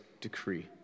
decree